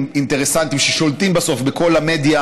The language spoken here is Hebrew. אינטרסנטיים ששולטים בסוף בכל המדיה,